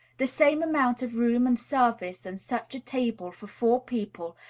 the same amount of room, and service, and such a table, for four people,